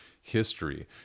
history